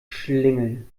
schlingel